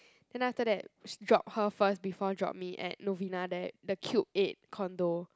then after that sh~ drop her first before drop me at Novena there the Cube Eight condo